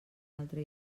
altre